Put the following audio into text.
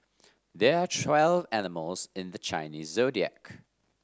there are twelve animals in the Chinese Zodiac